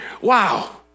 wow